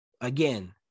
Again